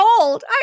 old